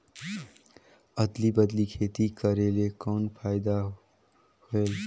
अदली बदली खेती करेले कौन फायदा होयल?